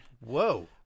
Whoa